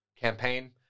Campaign